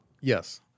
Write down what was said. Yes